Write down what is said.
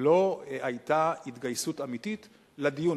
לא היתה התגייסות אמיתית לדיון,